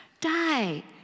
die